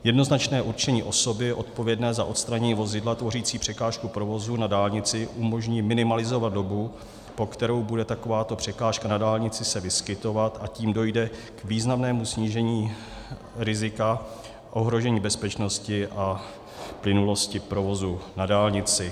Jednoznačné určení osoby odpovědné za odstranění vozidla tvořícího překážku provozu na dálnici umožní minimalizovat dobu, po kterou bude takováto překážka na dálnici se vyskytovat, a tím dojde k významnému snížení rizika ohrožení bezpečnosti a plynulosti provozu na dálnici.